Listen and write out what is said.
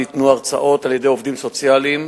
ניתנו הרצאות על-ידי עובדים סוציאליים,